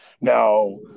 Now